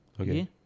Okay